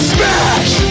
Smash